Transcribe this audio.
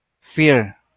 fear